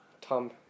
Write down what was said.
Tom